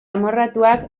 amorratuak